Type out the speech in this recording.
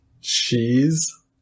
Cheese